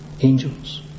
angels